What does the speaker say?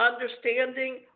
understanding